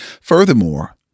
Furthermore